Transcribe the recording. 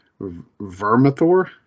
Vermithor